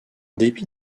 dépit